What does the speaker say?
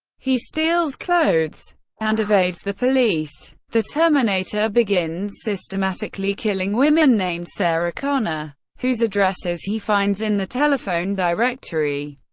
he steals clothes and evades the police. the terminator begins systematically killing women named sarah connor, whose addresses he finds in the telephone directory.